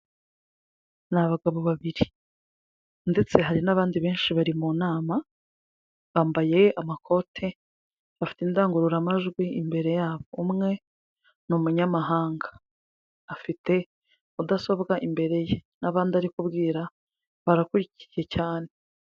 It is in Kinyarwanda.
Ni abagabo babiri ndetse hari n'abandi benshi bari mu nama, bambaye amakote, bafite indangururamajwi imbere yabo, umwe ni umunyamahanga, afite mudasobwa imbere ye n'abandi ari kubwira barakurikiye cyane.